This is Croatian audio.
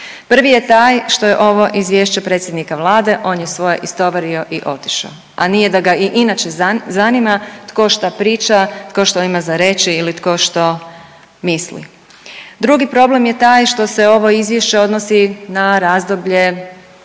Prvi je taj što je ovo Izvješće predsjednika Vlade, on je svoje istovario i otišao, a nije da ga i inače zanima tko šta priča, tko što ima za reći ili tko što misli. Drugi problem je taj što se ovo Izvješće odnosi na razdoblje